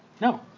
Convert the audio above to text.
No